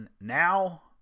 Now